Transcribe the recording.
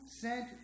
sent